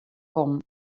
kommen